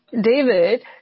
David